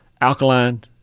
Alkaline